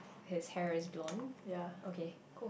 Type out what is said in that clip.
his hair is blonde okay cool